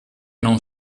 non